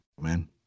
man